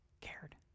cared